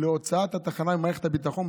להוצאת התחנה ממערכת הביטחון,